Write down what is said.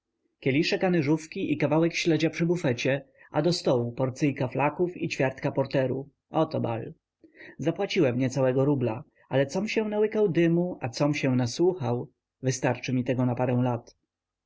kieliszek anyżówki i kawałek śledzia przy bufecie a do stołu porcyjka flaków i ćwiartka porteru oto bal zapłaciłem niecałego rubla ale com się nałykał dymu a com się nasłuchał wystarczy mi tego na parę lat